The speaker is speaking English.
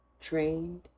trained